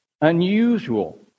unusual